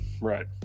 Right